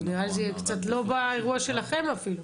אבל נראה לי זה יהיה קצת לא באירוע שלכם אפילו.